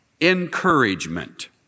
encouragement